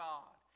God